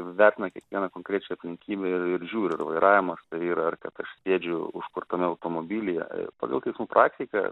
vertina kiekvieną konkrečią aplinkybę ir ir žiūri ar vairavimas tai yra ar kad aš sėdžiu užkurtame automobilyje pagal teismų praktiką